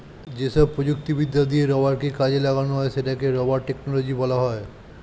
যেসব প্রযুক্তিবিদ্যা দিয়ে রাবারকে কাজে লাগানো হয় সেটাকে রাবার টেকনোলজি বলা হয়